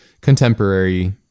contemporary